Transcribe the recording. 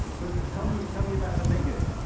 but tell me tell me about how to make it.